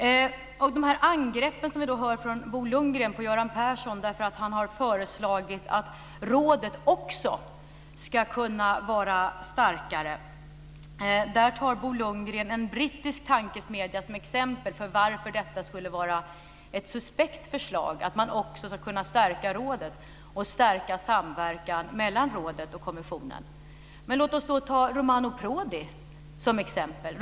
Beträffande de angrepp som vi hör från Bo Lundgren, riktade mot Göran Persson därför att han föreslagit att rådet också ska kunna vara starkare, tar Bo Lundgren en brittisk tankesmedja som exempel på varför det skulle vara ett suspekt förslag att man också ska kunna stärka rådet samt samverkan mellan rådet och kommissionen. Låt oss då ta Romani Prodi som exempel.